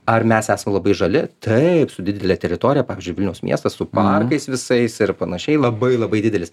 ar mes esam labai žali taip su didele teritorija pavyzdžiui vilniaus miestas su parkai visais ir panašiai labai labai didelis